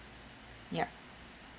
yup